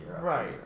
Right